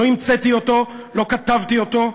לא המצאתי אותו, לא כתבתי אותו,